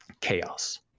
chaos